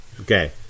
Okay